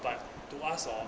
but to us hor